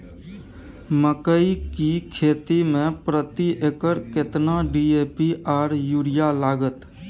मकई की खेती में प्रति एकर केतना डी.ए.पी आर यूरिया लागत?